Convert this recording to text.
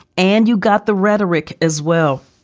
and you got the rhetoric as well.